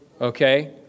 okay